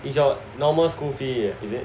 is your normal school fee is it